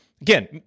Again